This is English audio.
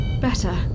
better